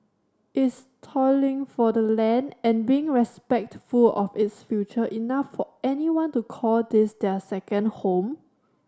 is toiling for the land and being respectful of its future enough for anyone to call this their second home